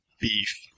beef